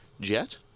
Jet